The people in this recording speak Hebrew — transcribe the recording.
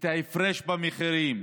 זה ההפרש במחירים,